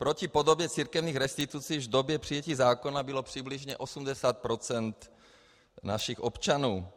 Proti podobě církevních restitucí již v době přijetí zákona bylo přibližně 80 % našich občanů.